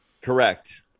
Correct